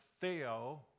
Theo